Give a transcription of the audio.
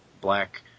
black